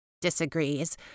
disagrees